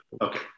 okay